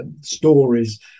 stories